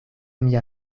mia